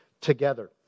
together